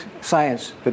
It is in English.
science